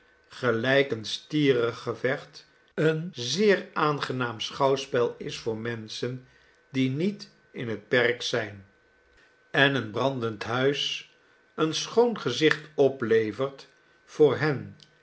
gelijk een stierengevecht een zeer aangenaam schouwspel is voor menschen die niet in het perk zijn en een brandend huis een schoon gezicht oplevert voor hen